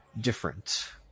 different